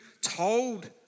told